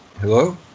Hello